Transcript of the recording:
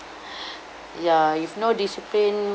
ya if no discipline